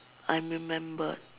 I remembered